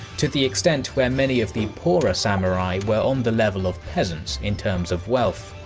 to the extent where many of the poorer samurai were on the level of peasants in terms of wealth.